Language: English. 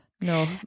No